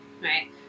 Right